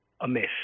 amiss